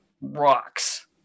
rocks